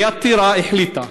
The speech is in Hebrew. עיריית טירה החליטה